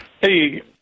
Hey